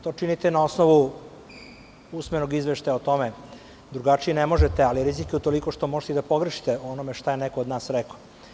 To činite na osnovu usmenog izveštaja o tome, drugačije ne možete, ali rizik je utoliko što možete i da pogrešite u onome šta je neko od nas rekao.